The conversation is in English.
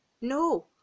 no